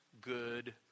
good